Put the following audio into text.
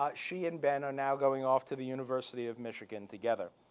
ah she and ben are now going off to the university of michigan together.